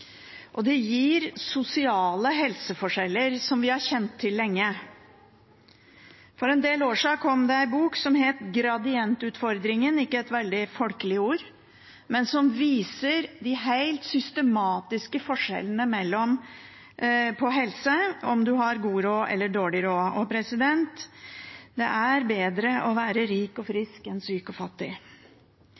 folkehelsa. Det gir sosiale helseforskjeller, som vi har kjent til lenge. For en del år siden kom det ut en bok som het «Gradientutfordringen», ikke et veldig folkelig ord, men den viser de helt systematiske forskjellene i helse mellom dem som har god råd, og dem som har dårlig råd – det er bedre å være rik og frisk enn syk og fattig